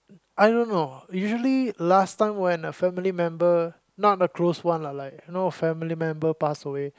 I don't know usually last time when a family member not a close one lah like you know family member pass away